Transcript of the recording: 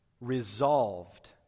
resolved